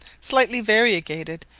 slightly variegated,